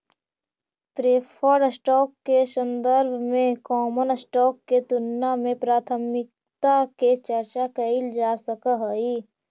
preferred stock के संदर्भ में कॉमन स्टॉक के तुलना में प्राथमिकता के चर्चा कैइल जा सकऽ हई